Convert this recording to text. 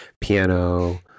piano